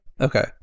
Okay